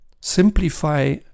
simplify